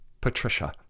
Patricia